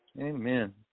Amen